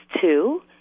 two